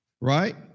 Right